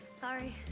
Sorry